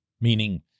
meaning